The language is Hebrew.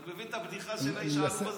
אתה מבין את הבדיחה של האיש העלוב הזה?